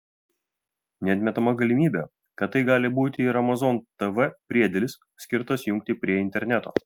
neatmetama galimybė kad tai gali būti ir amazon tv priedėlis skirtas jungti prie interneto